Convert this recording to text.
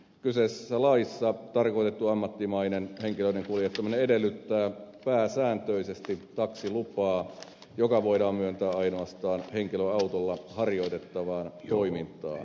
kyseisessä laissa tarkoitettu ammattimainen henkilöiden kuljettaminen edellyttää pääsääntöisesti taksilupaa joka voidaan myöntää ainoastaan henkilöautolla harjoitettavaan toimintaan